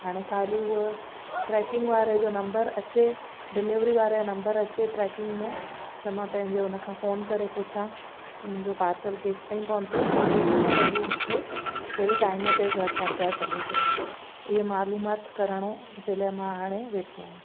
हाणे खाली उहो ट्रैकिंग वारे जो नंबर अचे डिलीवरी वारे जो नंबर अचे ट्रैकिंग में त मां पंहिंजे उन खां फ़ोन करे पुछां कि मुंहिंजो पार्सल केसिताईं पहुतो ऐं केॾीमहिल उहो मूंखे कहिड़े टाइम ते घर पहुचाए सघे थो ईअं मालूमाति करण जे लाइ मां हाणे वेठी आहियां